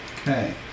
okay